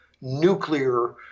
nuclear